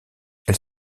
elle